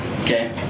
Okay